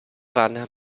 warner